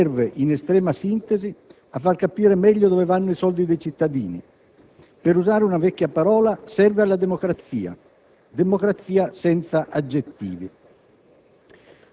Serve, in estrema sintesi, a far capire meglio dove vanno i soldi dei cittadini. Per usare una vecchia parola, serve alla democrazia senza aggettivi.